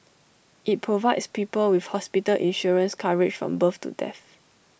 IT provides people with hospital insurance coverage from birth to death